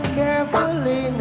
carefully